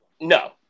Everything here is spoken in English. No